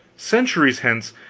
centuries hence,